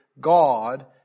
God